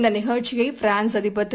இந்தநிகழ்ச்சியைபிரான்ஸ் அதிபர் திரு